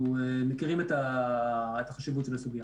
אנחנו מכירים את החשיבות של הסוגיה.